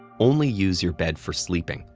only use your bed for sleeping,